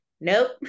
nope